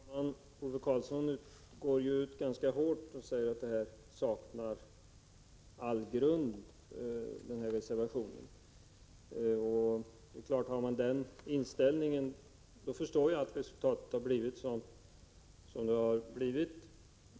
Herr talman! Ove Karlsson går ut ganska hårt och säger att reservationen saknar all grund. Har man denna inställning, förstår jag att resultatet har blivit som det har blivit.